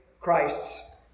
Christ's